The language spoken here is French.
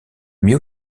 mais